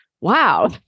wow